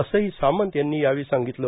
असंही सामंत यांनी सांगितलं